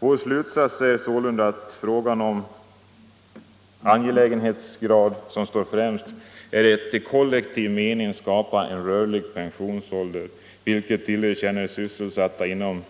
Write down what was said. Vår slutsats är sålunda att det som är mest angeläget är att i kollektiv mening skapa en rörlig pensionsålder, att tillerkänna sysselsatta inom nyss